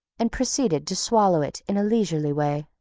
and proceeded to swallow it in a leisurely way.